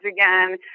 again